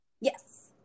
Yes